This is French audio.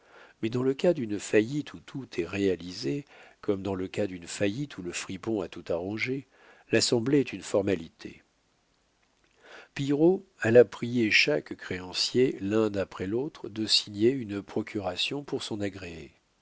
mais dans le cas d'une faillite où tout est réalisé comme dans le cas d'une faillite où le fripon a tout arrangé l'assemblée est une formalité pillerault alla prier chaque créancier l'un après l'autre de signer une procuration pour son agréé